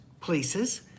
places